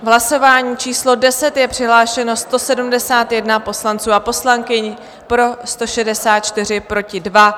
V hlasování číslo 10 je přihlášeno 171 poslanců a poslankyň, pro 164, proti 2.